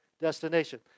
destination